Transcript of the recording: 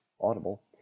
Audible